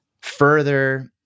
further